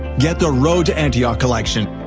get the road to antioch collection,